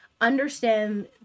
understand